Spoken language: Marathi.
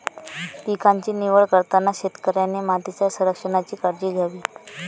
पिकांची निवड करताना शेतकऱ्याने मातीच्या संरक्षणाची काळजी घ्यावी